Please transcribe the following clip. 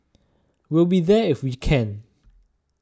we'll be there if we can